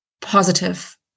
positive